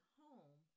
home